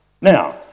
Now